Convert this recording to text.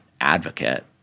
advocate